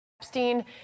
Epstein